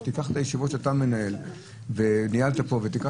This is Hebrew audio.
קח את הישיבות שאתה מנהל וניהלת פה ותקרא